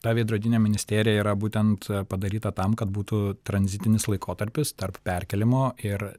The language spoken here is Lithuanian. ta veidrodinė ministerija yra būtent padaryta tam kad būtų tranzitinis laikotarpis tarp perkėlimo ir